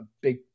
big